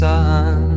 Sun